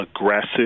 aggressive